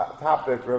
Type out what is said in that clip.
topic